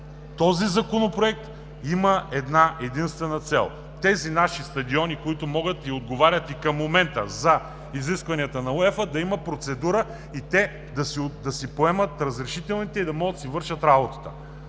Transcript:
Този законопроект има една-единствена цел – за тези наши стадиони, които могат и отговарят и към момента на изискванията на УЕФА, да има процедура те да си поемат разрешителните и да могат да си вършат работата.